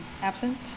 absent